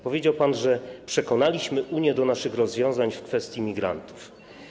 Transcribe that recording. Powiedział pan, że przekonaliśmy Unię do naszych rozwiązań w kwestii migrantów.